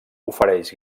ofereix